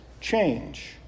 change